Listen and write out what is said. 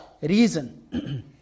reason